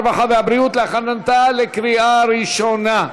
הרווחה והבריאות להכנתה לקריאה ראשונה.